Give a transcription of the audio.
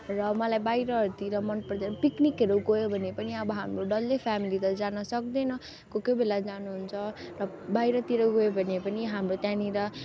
र मलाई बाहिरहरूतिर मनपर्दैन पिक्निकहरू गयो भने पनि अब हाम्रो डल्लै फ्यामिली त जान सक्दैन कोही कोही बेला जानुहुन्छ र बाहिरतिर गयो भने पनि हाम्रो त्यहाँनिर